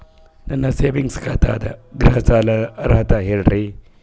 ನನ್ನ ಸೇವಿಂಗ್ಸ್ ಖಾತಾ ಅದ, ಗೃಹ ಸಾಲದ ಅರ್ಹತಿ ಹೇಳರಿ?